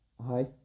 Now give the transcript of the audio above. Hi